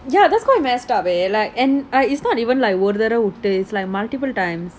ya that's quite messed up eh like and like it's even like பண்ண ஆரம்பிச்சுட்டான்:oru thadava uttu it's like multiple times